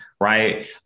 Right